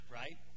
right